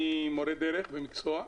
אני מורה דרך במקצוע.